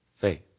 faith